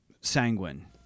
sanguine